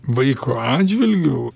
vaiko atžvilgiu